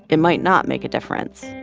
it might not make a difference.